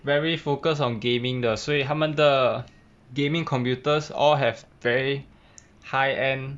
very focused on gaming 的所以他们的 gaming computers all have very high end